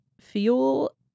fuel